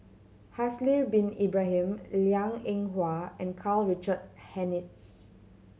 Haslir Bin Ibrahim Liang Eng Hwa and Karl Richard Hanitsch